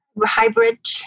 hybrid